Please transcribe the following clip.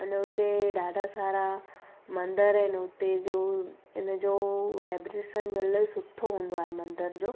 अन हुते ॾाढा सारा मंदर आहिनि हुते जो इन जो वाइब्रेसन बि अलाई सुठो हूंदो आहे मंदर जो